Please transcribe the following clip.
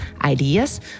ideas